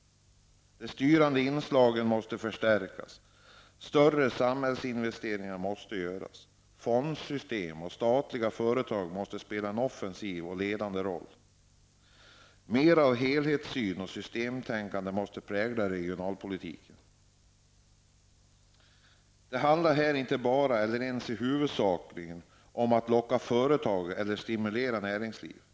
De styrande inslagen måste förstärkas. Större samhällsinvesteringar måste göras. Fondsystem och statliga företag måste spela en offensiv och ledande roll. Mer av helhetssyn och systemtänkande måste prägla regionalpolitiken. Det handlar här inte bara -- eller ens huvudsakligen -- om att locka företag eller stimulera näringsliv.